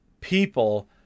people